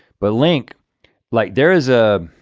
but link like there is ah